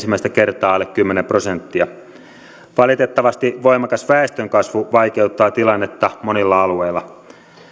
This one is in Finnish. on ensimmäistä kertaa alle kymmenen prosenttia valitettavasti voimakas väestönkasvu vaikeuttaa tilannetta monilla alueilla